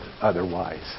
otherwise